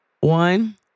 One